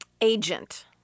agent